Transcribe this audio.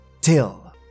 till